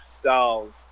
styles